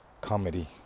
comedy